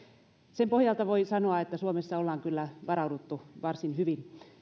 sen pohjalta voi sanoa että suomessa ollaan kyllä varauduttu varsin hyvin